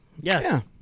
Yes